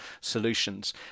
solutions